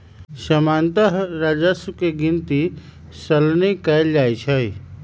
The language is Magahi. सामान्तः राजस्व के गिनति सलने कएल जाइ छइ